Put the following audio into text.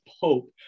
Pope